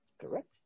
correct